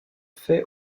fay